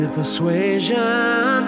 persuasion